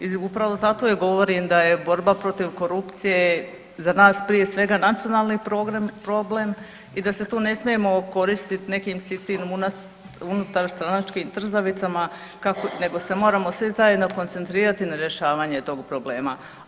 I upravo zato i govorim da je borba protiv korupcije za nas prije svega nacionalni problem i da se tu ne smijemo koristiti nekim sitnim unutarstranačkim trzavicama kako, nego se moramo svi zajedno koncentrirati na rješavanje tog problema.